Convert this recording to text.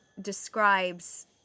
describes